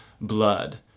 blood